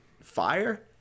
fire